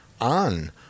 on